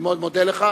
אני מאוד מודה לך.